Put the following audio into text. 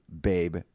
babe